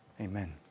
Amen